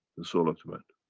the soul of the man.